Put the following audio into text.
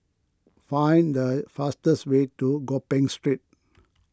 find the fastest way to Gopeng Street